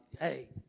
hey